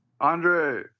Andre